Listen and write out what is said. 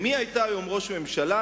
אם היא היתה היום ראש הממשלה,